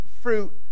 fruit